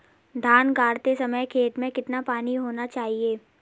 धान गाड़ते समय खेत में कितना पानी होना चाहिए?